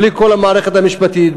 בלי כל המערכת המשפטית,